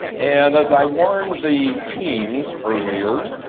and as i warned the teams earlier,